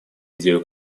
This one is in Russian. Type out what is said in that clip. идею